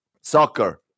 soccer